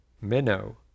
minnow